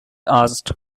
asked